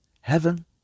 Heaven